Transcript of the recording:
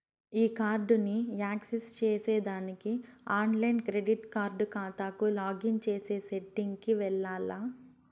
ఈ కార్డుని యాక్సెస్ చేసేదానికి ఆన్లైన్ క్రెడిట్ కార్డు కాతాకు లాగిన్ చేసే సెట్టింగ్ కి వెల్లాల్ల